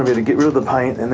and to get rid of the pain, and